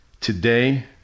today